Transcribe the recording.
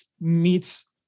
meets